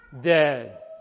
dead